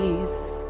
Jesus